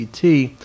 CT